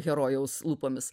herojaus lūpomis